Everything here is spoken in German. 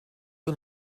und